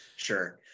Sure